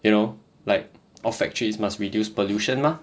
you know like all factories must reduce pollution mah